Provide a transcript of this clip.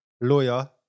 lawyer